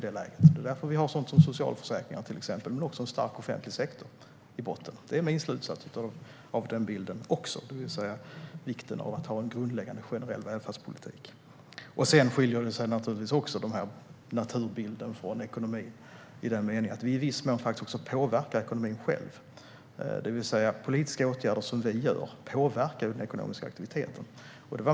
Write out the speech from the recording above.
Det är därför vi har sådant som socialförsäkringar och en stark offentlig sektor. Det är min slutsats av denna bild också - det vill säga vikten av att ha en grundläggande generell välfärdspolitik. Den här naturbilden skiljer sig också från ekonomin i den meningen att vi i viss mån kan påverka ekonomin själva. Politiska åtgärder som vi vidtar påverkar den ekonomiska aktiviteten.